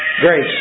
Grace